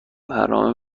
برنامه